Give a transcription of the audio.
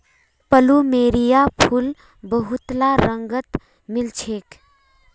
plumeria फूल बहुतला रंगत मिल छेक